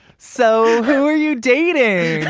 so who are you dating?